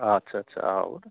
আচ্ছা আচ্ছা হ'ব